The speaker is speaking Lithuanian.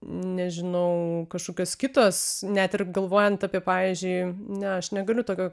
nežinau kažkokios kitos net ir galvojant apie pavyzdžiui ne aš negaliu tokio